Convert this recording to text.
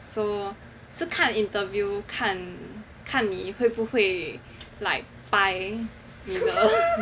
so so 是看 interview 看看你会不会 like 掰